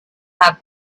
have